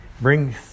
bring